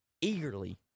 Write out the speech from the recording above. eagerly